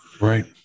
Right